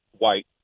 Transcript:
white